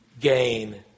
Gain